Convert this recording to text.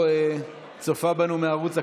או צופה בנו בערוץ הכנסת,